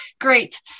Great